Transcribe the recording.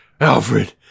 Alfred